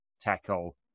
tackle